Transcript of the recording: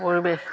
পৰিৱেশ